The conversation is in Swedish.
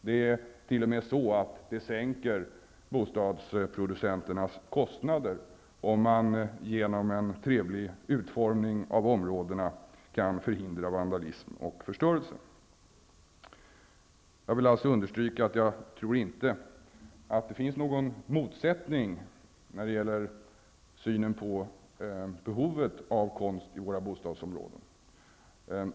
Det är t.o.m. så att det sänker bostadsproducenternas kostnader om man genom en trevlig utformning av områdena kan förhindra vandalism och förstörelse. Jag vill alltså understryka att jag inte tror att det finns någon motsättning i synen på behovet av konst i våra bostadsområden.